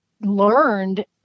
learned